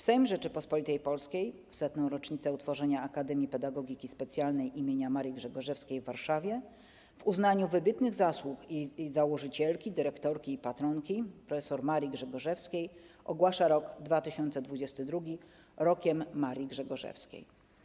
Sejm Rzeczypospolitej Polskiej w 100. rocznicę utworzenia Akademii Pedagogiki Specjalnej im. Marii Grzegorzewskiej w Warszawie, w uznaniu wybitnych zasług jej założycielki, dyrektorki i patronki prof. Marii Grzegorzewskiej, ogłasza rok 2022 Rokiem Marii Grzegorzewskiej”